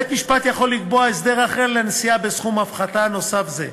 בית-משפט יכול לקבוע הסדר אחר לנשיאה בסכום הפחתה נוסף זה,